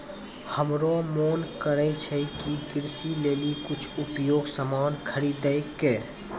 हमरो मोन करै छै कि कृषि लेली कुछ उपयोगी सामान खरीदै कै